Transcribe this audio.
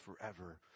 forever